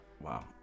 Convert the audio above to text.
Wow